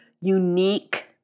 unique